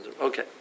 okay